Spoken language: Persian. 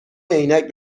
عینک